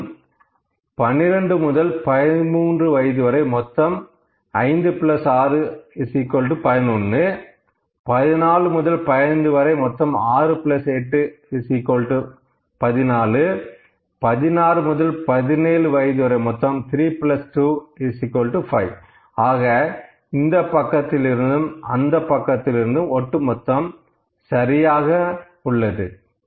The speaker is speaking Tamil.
மேலும் 12 முதல் 13 வயது வரை மொத்தம் 56 11 14 முதல் 15 வயது வரை மொத்தம் 68 14 16 முதல் 17 வயது வரை மொத்தம் 32 5 ஆக இந்தப் பக்கத்திலிருந்தும் அந்தப் பக்கத்திலிருந்தும் ஒட்டுமொத்தம் சரியானது